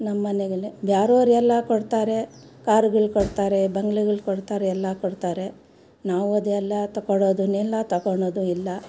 ನಮ್ಮನೆಗುಲ್ಲೆ ಬೇರೆವ್ರೆಲ್ಲಾ ಕೊಡ್ತಾರೆ ಕಾರುಗಳು ಕೊಡ್ತಾರೆ ಬಂಗಲೆಗಳು ಕೊಡ್ತಾರೆ ಎಲ್ಲ ಕೊಡ್ತಾರೆ ನಾವು ಅದೆಲ್ಲಾ ತೊಗೊಳೊದೂನಿಲ್ಲ ತೊಗೊಳೊದುಇಲ್ಲ